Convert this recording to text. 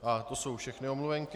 A to jsou všechny omluvenky.